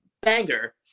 banger